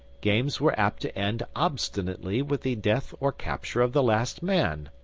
games were apt to end obstinately with the death or capture of the last man.